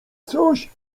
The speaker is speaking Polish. coś